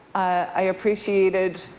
i appreciated,